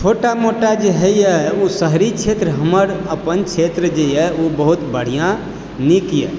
छोटा मोटा जे होइए उ शहरी क्षेत्र हमर अपन क्षेत्र जे यऽ उ बहुत बढ़िआँ नीक यऽ